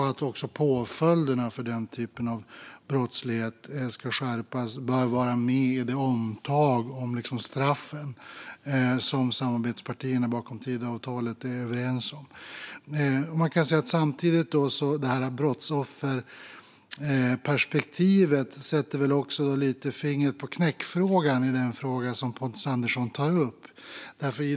Att också påföljderna för denna typ av brottslighet ska skärpas bör vara med i det omtag i fråga om straffen som samarbetspartierna bakom Tidöavtalet är överens om. Samtidigt sätter brottsofferperspektivet också fingret på knäckfrågan i den fråga som Pontus Andersson tar upp.